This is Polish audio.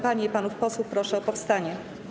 Panie i panów posłów proszę o powstanie.